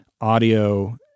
audio